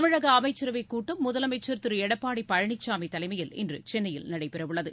தமிழக அமைச்சரவைக் கூட்டம் முதலமைச்சர் திரு எடப்பாடி பழனிசாமி தலைமையில் இன்று சென்னையில் நடைபெற உள்ளது